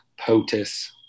POTUS